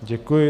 Děkuji.